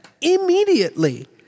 immediately